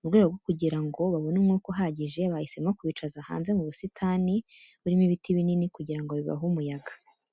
Mu rwego rwo kugira ngo babone umwuka uhagije, bahisemo kubicaza hanze mu busitani burimo ibiti binini kugira ngo bibahe umuyaga.